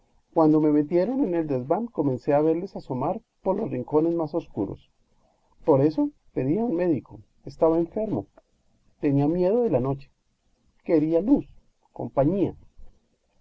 cuando me metieron en el desván comencé a verles asomar por los rincones más oscuros por eso pedía un médico estaba enfermo tenía miedo a la noche quería luz compañía